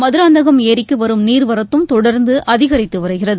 மதுராந்தகம் ஏரிக்கு வரும் நீர்வரத்தும் தொடர்ந்து அதிகரித்து வருகிறது